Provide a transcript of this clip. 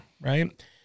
right